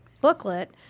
booklet